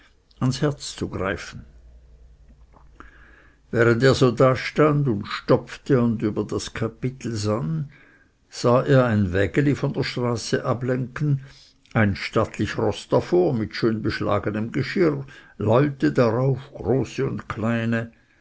ans herz zu greifen während er so dastund und stopfte und über das kapitel sann sah er ein wägeli von der straße ablenken ein stattlich roß davor mit schön beschlagenem geschirr leute darauf große und kleine